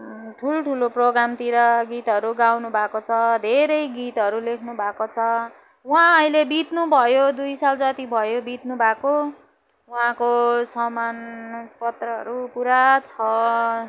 ठुल्ठुलो प्रोग्रामतिर गीतहरू गाउनुभएको छ धेरै गीतहरू लेख्नुभएको छ उहाँ अहिले बित्नुभयो दुई साल जति भयो बित्नुभएको उहाँको सम्मानपत्रहरू पुरा छ